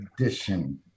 edition